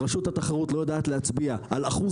רשות התחרות לא יודעת להצביע על אחוז